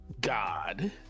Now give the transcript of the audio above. god